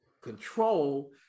control